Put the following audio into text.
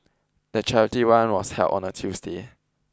the charity run was held on a Tuesday